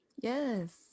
Yes